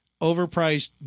overpriced